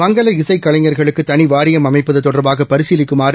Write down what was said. மங்கல இசைக் கலைஞர்களுக்கு தனி வாரியம் அமைப்பது தொடர்பாக பரிசீலிக்குமாறு